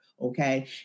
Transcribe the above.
Okay